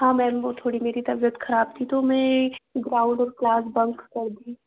हाँ मैम वो थोड़ी मेरी तबियत ख़राब थी तो मैं ग्लोउड और क्लास बंक कर दी